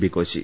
B Koshy